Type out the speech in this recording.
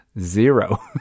zero